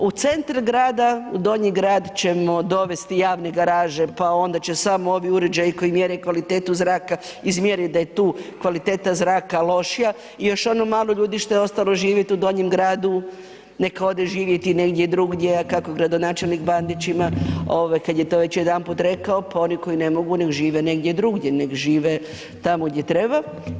U centre grada, u Donji grad ćemo dovesti javne garaže, pa onda će samo ovi uređaji koji mjere kvalitetu zraka izmjerit da je tu kvaliteta zraka lošija i još ono malo ljudi što je ostalo živjet u Donjem gradu nek ode živjeti negdje drugdje, kako gradonačelnik ima ovaj, kad je to već jedanput rekao, pa oni koji ne mogu, nek žive negdje drugdje, nek žive tamo gdje treba.